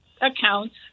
accounts